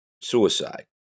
suicide